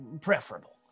preferable